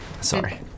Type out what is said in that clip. Sorry